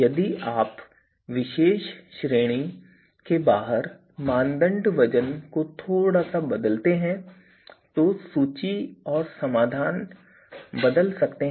यदि आप उस विशेष श्रेणी के बाहर मानदंड वजन को थोड़ा बदलते हैं तो सूची और समाधान बदल सकते हैं